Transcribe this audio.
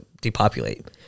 depopulate